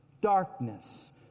darkness